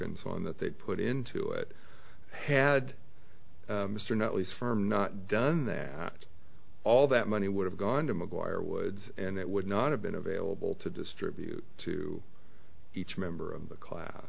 and so on that they put into it had mr not least firm not done that all that money would have gone to mcguire woods and it would not have been available to distribute to each member of the class